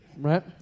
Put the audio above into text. right